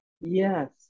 Yes